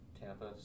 Tampa